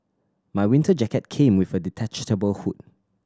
my winter jacket came with a detachable hood